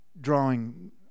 drawing